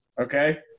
okay